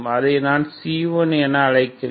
அதை நான் C1 என அழைக்கிறேன்